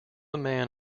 man